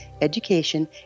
education